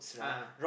ah